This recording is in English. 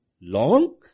long